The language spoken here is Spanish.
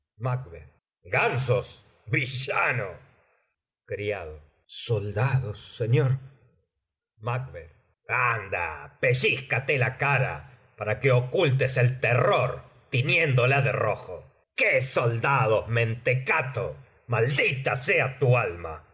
villano criado soldados señor macb anda pellízcate la cara para que ocultes el terror tiñéndola de rojo qué soldados mentecato maldita sea tu alma